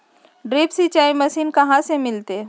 Drip सिंचाई machine कहाँ से मिलतै?